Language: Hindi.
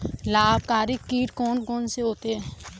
लाभकारी कीट कौन कौन से होते हैं?